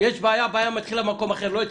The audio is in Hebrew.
הבעיה מתחילה במקום אחר ולא אצלך.